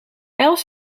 els